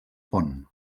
pont